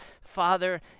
Father